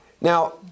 Now